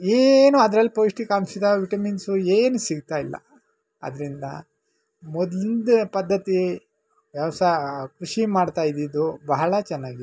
ಏನೂ ಅದರಲ್ಲಿ ಪೌಷ್ಟಿಕಾಂಶದ ವಿಟಮಿನ್ಸು ಏನೂ ಸಿಗುತ್ತಾ ಇಲ್ಲ ಅದರಿಂದ ಮೊದಲಿಂದು ಪದ್ಧತಿ ಯಾವ್ಸ ಕೃಷಿ ಮಾಡ್ತಾ ಇದ್ದಿದ್ದು ಬಹಳ ಚೆನ್ನಾಗಿತ್ತು